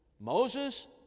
Moses